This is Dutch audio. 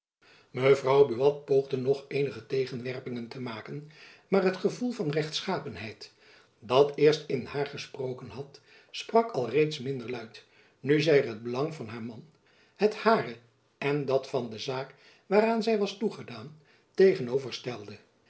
mevrouw buat poogde nog eenige tegenwerpingen te maken maar het gevoel van rechtschapenheid dat eerst in haar gesproken had sprak alreeds minder luid nu zy er het belang van haar man het hare en dat van de zaak waaraan zy was toegedaan